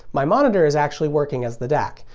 my monitor is actually working as the dac,